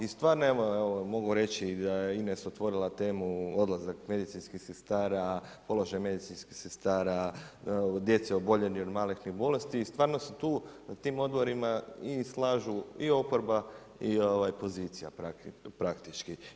I stvarno mogu reći da je Ines otvorila temu odlazak medicinskih sestara, položaj medicinskih sestara, o djeci oboljeloj od malignih bolesti i stvarno se tu na tim odborima i slažu i oporba i pozicija praktički.